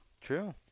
True